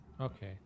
okay